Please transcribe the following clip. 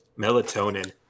melatonin